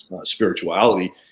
spirituality